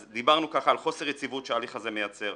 אז דיברנו על חוסר יציבות שההליך הזה מייצר,